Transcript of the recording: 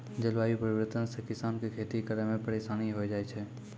जलवायु परिवर्तन से किसान के खेती करै मे परिसानी होय जाय छै